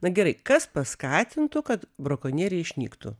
na gerai kas paskatintų kad brakonieriai išnyktų